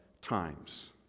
times